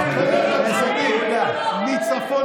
אבו יאיר, חבר הכנסת עודה, שב.